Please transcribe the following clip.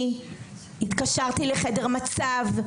אני התקשרתי לחדר מצב,